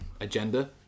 agenda